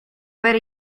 aver